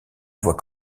voit